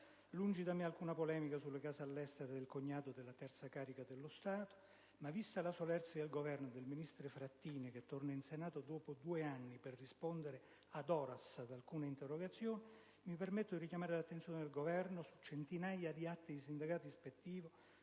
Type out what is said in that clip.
Lungi da me alcuna polemica sulle case all'estero del cognato della terza carica dello Stato, ma vista la solerzia del Governo e del ministro Frattini, che torna in Senato dopo due anni per rispondere *ad horas* ad alcune interrogazioni, mi permetto di richiamare l'attenzione del Governo su centinaia di atti di sindacato ispettivo